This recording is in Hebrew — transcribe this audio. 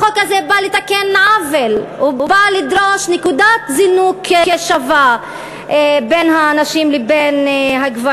החוק הזה בא לתקן עוול: הוא בא לדרוש נקודת זינוק שווה לנשים ולגברים.